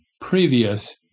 previous